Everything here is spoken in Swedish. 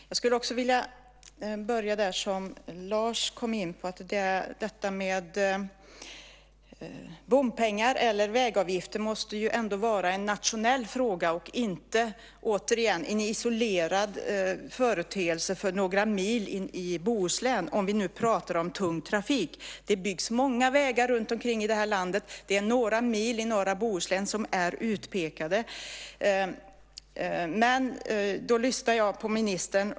Fru talman! Jag skulle också vilja börja med det som Lars kom in på. Bompengar eller vägavgifter måste ändå vara en nationell fråga och inte återigen en isolerad företeelse för några mil in i Bohuslän, om vi nu pratar om tung trafik. Det byggs många vägar runtom i landet. Det är några mil i norra Bohuslän som är utpekade.